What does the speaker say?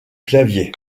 clavier